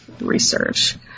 research